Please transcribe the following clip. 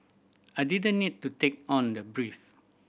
I didn't need to take on the brief